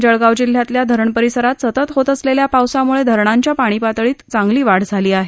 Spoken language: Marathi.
जळगाव जिल्ह्यातल्या धरण परिसरात सतत होत असलेल्या पावसामुळे धरणांच्या पाणी पातळीत चांगली वाढ झाली आहे